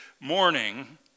morning